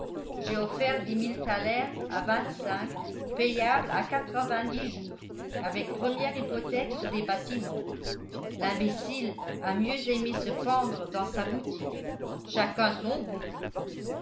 j'ai offert dix mille thalers à vingt-cinq payables à quatre-vingt-dix jours avec première hypothèque sur les bâtiments l'imbécile a mieux aimé se pendre dans sa boutique chacun son goût